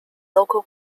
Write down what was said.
local